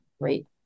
great